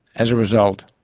as a result,